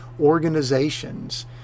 organizations